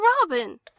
Robin